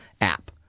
app